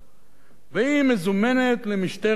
והיא מזומנת למשטרת "מוריה",